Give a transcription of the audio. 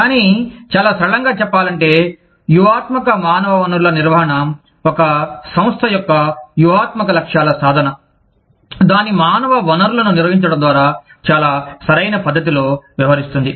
కానీ చాలా సరళంగా చెప్పాలంటే వ్యూహాత్మక మానవ వనరుల నిర్వహణ ఒక సంస్థ యొక్క వ్యూహాత్మక లక్ష్యాల సాధన దాని మానవ వనరులను నిర్వహించడం ద్వారా చాలా సరైన పద్ధతిలో వ్యవహరిస్తుంది